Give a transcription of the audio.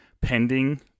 pending